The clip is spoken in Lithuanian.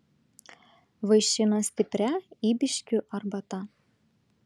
vaišino stipria ybiškių arbata